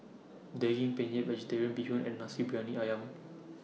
Daging Penyet Vegetarian Bee Hoon and Nasi Briyani Ayam